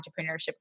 entrepreneurship